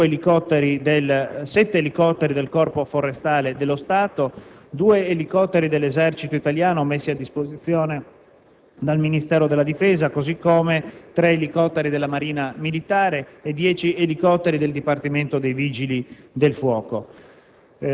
elicotteri del Corpo forestale dello Stato, due elicotteri dell'Esercito italiano messi a disposizione dal Ministero della difesa, così come tre elicotteri della Marina Militare e dieci elicotteri del Dipartimento dei Vigili del fuoco.